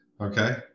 Okay